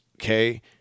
okay